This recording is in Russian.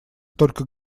только